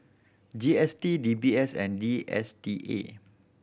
G S T D B S and D S T A